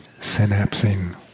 synapsing